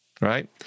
right